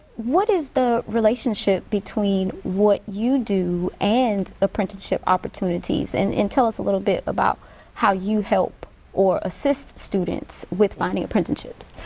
what is the relationship between what you do and apprenticeship opportunities? and and tell us a little bit about how you help or assist students with finding apprenticeships?